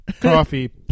coffee